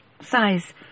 size